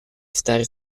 stare